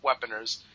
Weaponers